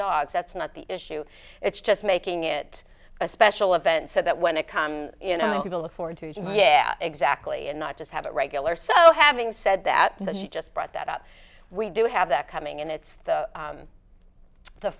dogs that's not the issue it's just making it a special event so that when they come you know to look forward to yeah exactly and not just have a regular so having said that she just brought that up we do have that coming and it's the